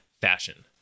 fashion